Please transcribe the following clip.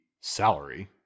salary